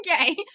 okay